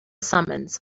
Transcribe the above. summons